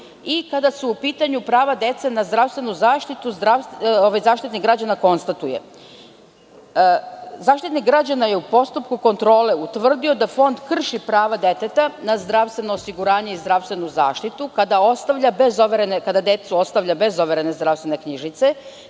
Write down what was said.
Kada su u pitanju prava dece na zdravstvenu zaštitu, Zaštitnik građana je u postupku kontrole utvrdio da Fond krši prava deteta na zdravstveno osiguranje i zdravstvenu zaštitu kada decu ostavlja bez overene zdravstvene knjižice,